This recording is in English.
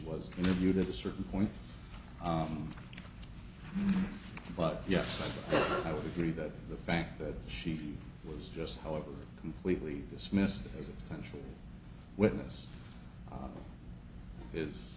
was interviewed at a certain point but yes i would agree that the fact that she was just however completely dismissed as a potential witness